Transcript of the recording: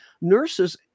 nurses